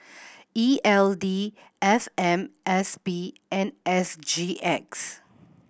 E L D F M S P and S G X